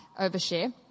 overshare